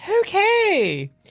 Okay